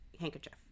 handkerchief